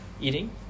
eating